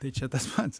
tai čia tas pats